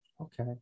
Okay